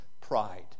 pride